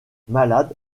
malade